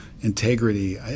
integrity